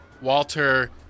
Walter